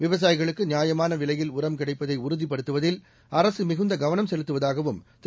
விவசாயிகளுக்கு நியாயமான விலையில் உரம் கிடைப்பதை உறுதிப்படுத்துவதில் அரசு மிகுந்த கவனம் செலுத்துவதாகவும் திரு